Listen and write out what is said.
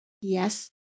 Yes